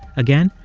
again,